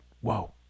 Whoa